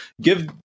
give